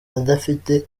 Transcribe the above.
adafite